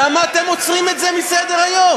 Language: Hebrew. למה אתם עוצרים את זה מלעלות לסדר-היום?